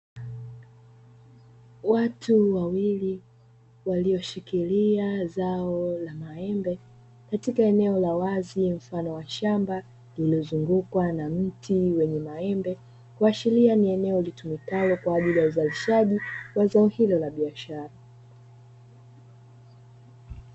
Watu wawili walioshikilia zao la muembe katika eneo la wazi mfano wa shamba, lililozungukwa na miti yenye maembe kuashiria ni eneo litumikalo kwa ajili kilimo cha uzalishaji wa zao la biashara.